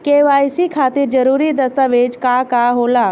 KYC खातिर जरूरी दस्तावेज का का होला?